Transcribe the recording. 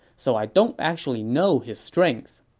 so i don't actually know his strength.